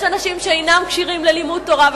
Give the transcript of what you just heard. יש אנשים שאינם כשירים ללימוד תורה,